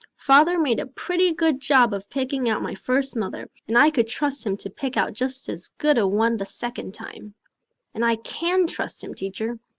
father made a pretty good job of picking out my first mother and i could trust him to pick out just as good a one the second time and i can trust him, teacher.